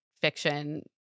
fiction